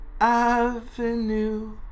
Avenue